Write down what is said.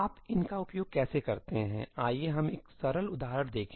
आप इन का उपयोग कैसे करते हैं ठीक आइए हम एक सरल उदाहरण देखें